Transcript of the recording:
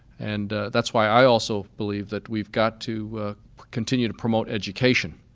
and that's why i also believe that we've got to continue to promote education.